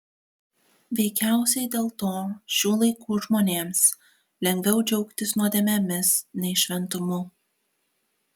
veikiausiai dėl to šių laikų žmonėms lengviau džiaugtis nuodėmėmis nei šventumu